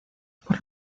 por